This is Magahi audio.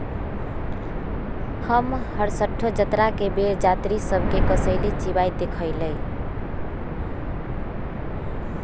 हम हरसठ्ठो जतरा के बेर जात्रि सभ के कसेली चिबाइत देखइलइ